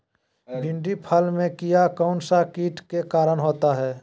भिंडी फल में किया कौन सा किट के कारण होता है?